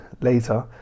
later